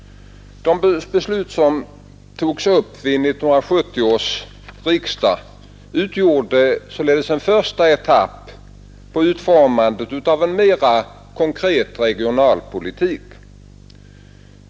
De beslut som togs vid 1970 års riksdag utgjorde således en första etapp i utformandet av en mera konkret regionalpolitik.